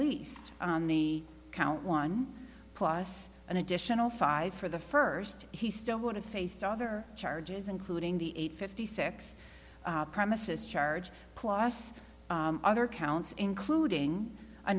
least on the count one plus an additional five for the first he still would have faced other charges including the eight fifty six premises charge plus other counts including